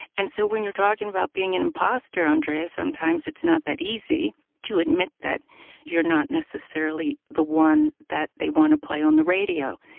and so when you're talking about being an imposter, andrea, sometimes it's not that easy to admit that you're not necessarily the one that they want to play on the radio,